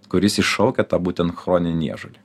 kuris iššaukia tą būtent chroninį niežulį